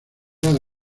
lado